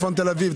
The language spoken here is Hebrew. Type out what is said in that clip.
צפון תל אביב?